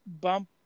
bump